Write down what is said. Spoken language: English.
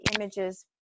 images